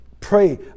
pray